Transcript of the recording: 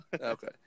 Okay